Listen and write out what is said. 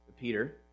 Peter